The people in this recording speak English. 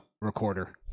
recorder